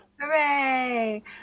Hooray